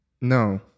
No